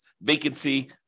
vacancy